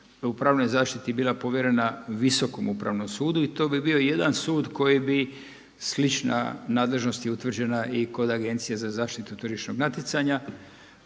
u pravnoj zaštiti bila povjerena Visokom upravnom sudu. I to bi bio jedan sud koji bi slična nadležnost je utvrđena i kod Agencije za zaštitu tržišnog natjecanja